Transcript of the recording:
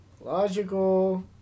Logical